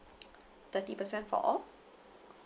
thirty percent for all